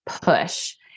push